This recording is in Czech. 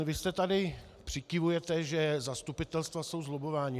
Vy tady přikyvujete, že zastupitelstva jsou zlobbovaná.